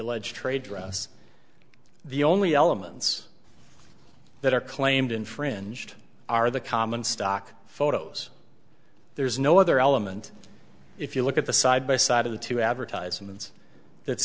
dress the only elements that are claimed infringed are the common stock photos there's no other element if you look at the side by side of the two advertisements that's